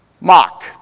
mock